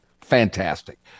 fantastic